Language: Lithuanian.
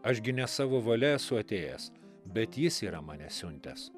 aš gi ne savo valia esu atėjęs bet jis yra mane siuntęs